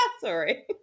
Sorry